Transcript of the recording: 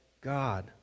God